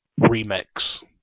remix